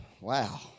wow